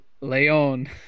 Leon